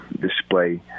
display